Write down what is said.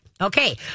Okay